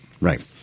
Right